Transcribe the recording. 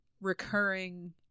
recurring